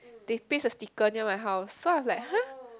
they paste the sticker near my house so I'm like !huh!